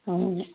ହଁ